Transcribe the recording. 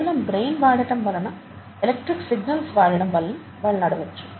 కేవలం బ్రెయిన్ వాడటం వలన ఎలక్ట్రిక్ సిగ్నల్స్ వాడడం వలన వాళ్ళు నడవొచ్చు